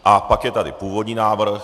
A pak je tady původní návrh.